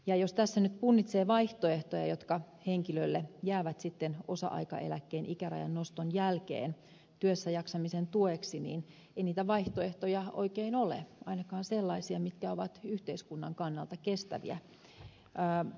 ja jos tässä nyt punnitsee vaihtoehtoja jotka henkilölle jäävät sitten osa aikaeläkkeen ikärajan noston jälkeen työssä jaksamisen tueksi niin ei niitä vaihtoehtoja oikein ole ainakaan sellaisia mitkä ovat yhteiskunnan kannalta kestäviä